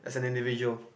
as an individual